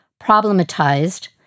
problematized